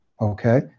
Okay